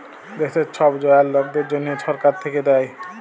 দ্যাশের ছব জয়াল লকদের জ্যনহে ছরকার থ্যাইকে দ্যায়